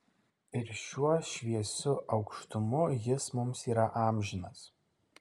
ir šiuo šviesiu aukštumu jis mums yra amžinas